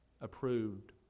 approved